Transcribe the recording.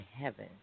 heaven